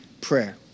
prayer